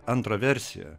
antrą versiją